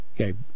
Okay